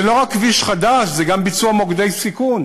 זה לא רק כביש חדש, זה גם ביצוע במוקדי סיכון.